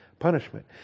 punishment